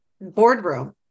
boardroom